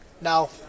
now